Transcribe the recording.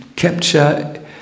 capture